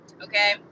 okay